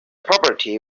puberty